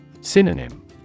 Synonym